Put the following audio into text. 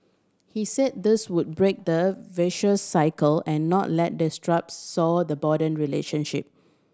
he said this would break the vicious cycle and not let disputes sour the broaden relationship